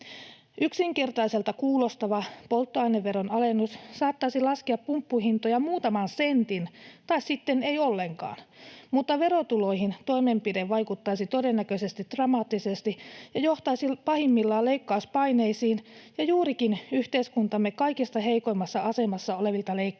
Yksinkertaiselta kuulostava polttoaineveron alennus saattaisi laskea pumppuhintoja muutaman sentin tai sitten ei ollenkaan, mutta verotuloihin toimenpide vaikuttaisi todennäköisesti dramaattisesti ja johtaisi pahimmillaan leikkauspaineisiin ja juurikin yhteiskuntamme kaikista heikoimmassa asemassa olevilta leikkaamiseen.